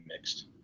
mixed